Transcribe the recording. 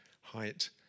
height